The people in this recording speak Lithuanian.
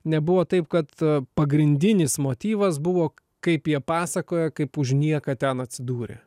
nebuvo taip kad pagrindinis motyvas buvo kaip jie pasakoja kaip už nieką ten atsidūrė